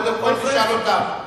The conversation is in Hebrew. קודם כול, תשאל אותם.